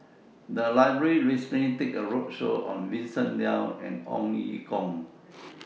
The Library recently did A roadshow on Vincent Leow and Ong Ye Kung